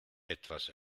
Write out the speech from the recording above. etwas